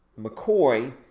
McCoy